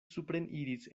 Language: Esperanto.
supreniris